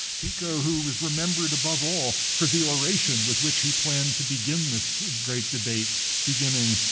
pico, who was remembered above all for the oration with which he planned to begin this great debate, beginning,